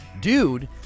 dude